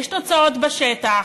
יש תוצאות בשטח.